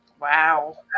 Wow